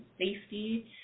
safety